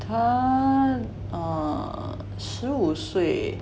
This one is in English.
她 err 十五岁